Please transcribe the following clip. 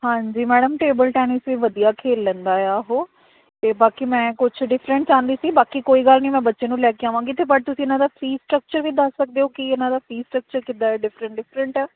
ਹਾਂਜੀ madam table tennis ਵੀ ਵਧੀਆ ਖੇਡ ਲੈਂਦਾ ਹੈ ਉਹ ਅਤੇ ਬਾਕੀ ਮੈਂ ਕੁਛ ਡਿਫਰੈਂਟ ਚਾਹੁੰਦੀ ਸੀ ਬਾਕੀ ਕੋਈ ਗੱਲ ਨਹੀਂ ਮੈਂ ਬੱਚੇ ਨੂੰ ਲੈ ਕੇ ਆਵਾਂਗੀ ਅਤੇ ਬਟ ਤੁਸੀਂ ਇਹਨਾਂ ਦਾ ਫੀਸ ਸਟਰਕਚਰ ਵੀ ਦੱਸ ਸਕਦੇ ਹੋ ਕੀ ਇਹਨਾਂ ਦਾ ਫੀਸ ਸਟਰਕਚਰ ਕਿੱਦਾਂ ਦਾ ਡਿਫਰੈਂਟ ਡਿਫਰੈਂਟ ਹੈ